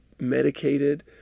medicated